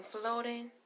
floating